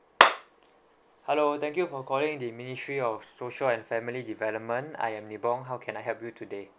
hello thank you for calling the ministry of social and family development I am nibong how can I help you today